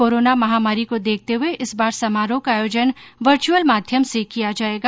corona महामारी को देखते हुये इस बार समारोह का आयोजन वर्चुअल माध्यम से किया जायेगा